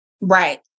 Right